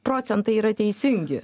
procentai yra teisingi